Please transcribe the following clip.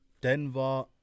Denver